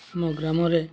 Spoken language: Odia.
ଆମ ଗ୍ରାମରେ